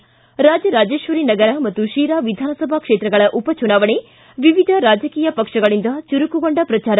ಿ ರಾಜರಾಜೇಶ್ವರಿ ನಗರ ಮತ್ತು ಶಿರಾ ವಿಧಾನಸಭಾ ಕ್ಷೇತ್ರಗಳ ಉಪಚುನಾವಣೆ ವಿವಿಧ ರಾಜಕೀಯ ಪಕ್ಷಗಳಿಂದ ಚುರುಕುಗೊಂಡ ಪ್ರಚಾರ